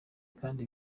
kandi